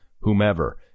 whomever